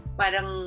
parang